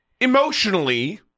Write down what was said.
emotionally